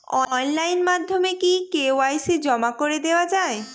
Online মাধ্যমে কি KYC জমা করে দেওয়া য়ায়?